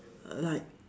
uh like